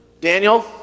Daniel